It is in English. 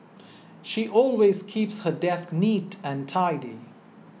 she always keeps her desk neat and tidy